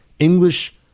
English